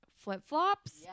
flip-flops